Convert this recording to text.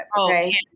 Okay